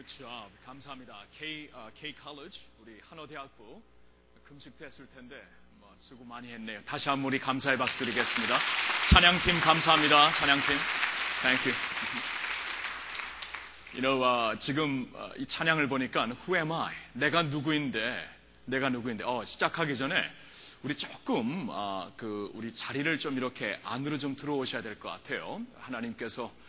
Good job. 감사합니다. K- 어, K-College, 우리 한어대학부 금식도 했을 텐데 뭐 수고 많이 했네요. 다시 한번 우리 감사의 박수 드리겠습니다. 찬양팀 감사합니다. 찬양팀. Thank you. You know, 어, 지금, 어, 이 찬양을 보니까 Who am I? 내가 누구인데? 내가 누구인데? 어, 시작하기 전에 우리 조금, 어, 그 우리 자리를 좀 이렇게 안으로 좀 들어오셔야 될 것 같아요. 하나님께서